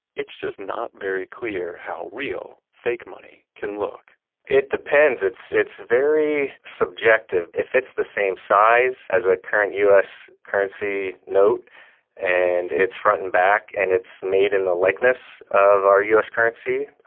it's just not very clear how real fake money can look it depends. it's it's very subjective. if it's the same size as a current u s. currency note and it's front and back, and it's made in the likeness of our u s. currency,